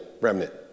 remnant